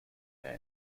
mehr